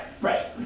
Right